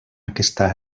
aquesta